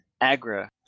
Agra